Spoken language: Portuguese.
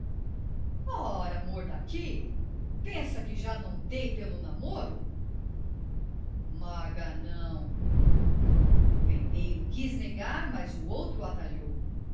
ora morda aqui pensa que já não dei pelo namoro maganão o vendeiro quis negar mas o outro atalhou